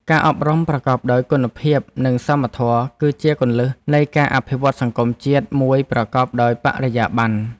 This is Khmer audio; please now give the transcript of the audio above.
ការអប់រំប្រកបដោយគុណភាពនិងសមធម៌គឺជាគន្លឹះនៃការអភិវឌ្ឍន៍សង្គមជាតិមួយប្រកបដោយបរិយាបន្ន។